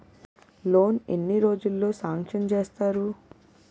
Loan ఎన్ని రోజుల్లో sanction చేస్తారు?